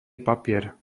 papier